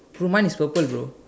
no mine is purple bro